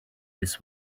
this